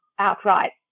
Outright